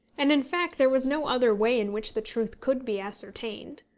and in fact there was no other way in which the truth could be ascertained.